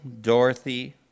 Dorothy